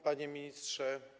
Panie Ministrze!